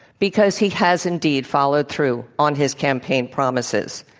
because he has indeed followed through on his campaign promises.